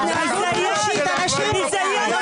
לימור סון הר מלך (עוצמה יהודית): ביזיון,